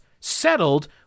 settled